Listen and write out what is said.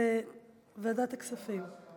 לוועדת הכספים.